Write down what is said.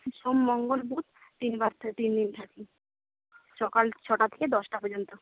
সোম মঙ্গল বুধ তিনবার তিনদিন থাকি সকাল ছটা থেকে দশটা পর্যন্ত